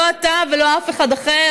לא אתה ולא אף אחד אחר,